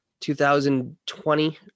2020